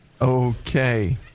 Okay